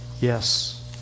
Yes